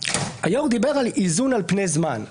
היושב-ראש דיבר על איזון על פני זמן.